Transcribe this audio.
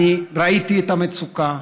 אני ראיתי את המצוקה,